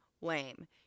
lame